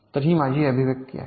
तर ही माझी अभिव्यक्ती आहे